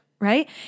right